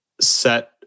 set